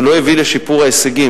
זה לא הביא לשיפור ההישגים.